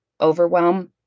overwhelm